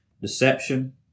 deception